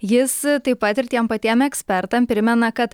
jis taip pat ir tiem patiem ekspertam primena kad